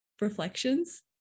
reflections